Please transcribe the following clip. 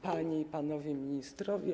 Panie i Panowie Ministrowie!